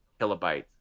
kilobytes